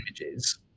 images